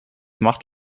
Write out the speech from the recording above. macht